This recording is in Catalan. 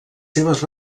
seves